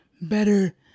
better